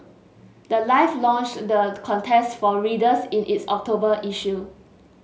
the life launched the contest for readers in its October issue